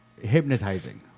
hypnotizing